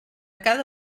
cada